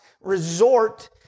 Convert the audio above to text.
resort